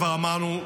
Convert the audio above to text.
כבר אמרנו,